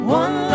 one